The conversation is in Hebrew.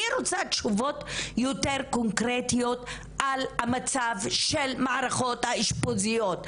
אני רוצה תשובות יותר קונקרטיות על המצב של המערכות האשפוזיות,